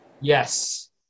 Yes